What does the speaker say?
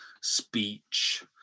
speech